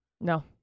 No